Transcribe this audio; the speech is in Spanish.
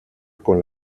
con